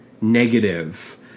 negative